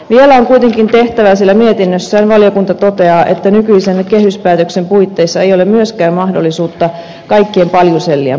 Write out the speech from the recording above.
vielä on kuitenkin tehtävää sillä mietinnössään valiokunta toteaa että nykyisen kehyspäätöksen puitteissa ei ole myöskään mahdollisuutta kaikkien paljusellien poistamiseen